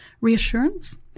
reassurance